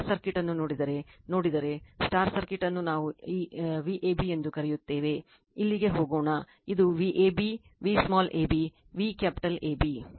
circuit ಅನ್ನು ನೋಡಿದರೆ ನೋಡಿದರೆ ಸರ್ಕ್ಯೂಟ್ ಅನ್ನು ನಾವು ಆ Vab ಎಂದು ಕರೆಯುತ್ತೇವೆ ಇಲ್ಲಿಗೆ ಹೋಗೋಣ ಅದು Vab V small ab V capital AB